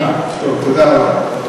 אה, טוב, תודה רבה.